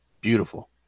beautiful